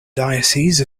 diocese